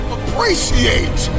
Appreciate